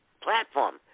platform